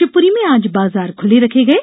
शिवपुरी में आज बाजार खुले रखे गये